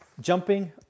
jumping